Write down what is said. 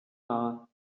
nahe